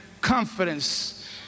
confidence